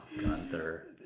gunther